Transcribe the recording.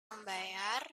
membayar